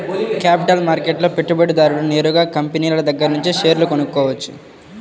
capital మార్కెట్లో పెట్టుబడిదారుడు నేరుగా కంపినీల దగ్గరనుంచే షేర్లు కొనుక్కోవచ్చు